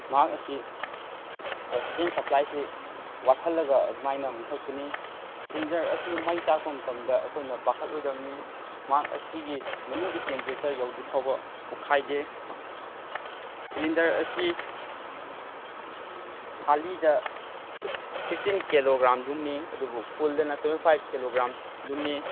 ꯃꯍꯥꯛ ꯑꯁꯤ ꯑꯣꯛꯁꯤꯖꯦꯟ ꯁꯄ꯭ꯂꯥꯏꯁꯤ ꯋꯥꯠꯍꯜꯂꯒ ꯑꯗꯨꯃꯥꯏꯅ ꯃꯨꯠꯊꯠꯀꯅꯤ ꯁꯤꯂꯤꯟꯗꯔ ꯑꯁꯤ ꯃꯩ ꯆꯥꯛꯄ ꯃꯇꯝꯗ ꯑꯩꯈꯣꯏꯅ ꯄꯥꯈꯠꯂꯣꯏꯗꯕꯅꯤ ꯃꯍꯥꯛ ꯑꯁꯤꯒꯤ ꯃꯅꯨꯡꯒꯤ ꯇꯦꯝꯄꯔꯦꯆꯔ ꯌꯧꯗ꯭ꯔꯤ ꯐꯥꯎꯕ ꯄꯣꯈꯥꯏꯗꯦ ꯁꯤꯂꯤꯟꯗꯔ ꯑꯁꯤ ꯈꯥꯂꯤꯗ ꯐꯤꯞꯇꯤꯟ ꯀꯦꯂꯣꯒ꯭ꯔꯥꯝ ꯂꯨꯝꯃꯤ ꯑꯗꯨꯕꯨ ꯐꯨꯜꯗꯅ ꯇ꯭ꯋꯦꯟꯇꯤ ꯐꯥꯏꯚ ꯀꯦꯂꯣꯒ꯭ꯔꯥꯝ ꯂꯨꯝꯃꯤ